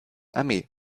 armee